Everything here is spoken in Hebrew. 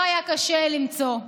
לא היה קשה למצוא.